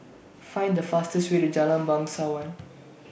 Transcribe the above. Find The fastest Way to Jalan Bangsawan